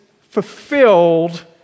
fulfilled